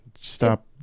stop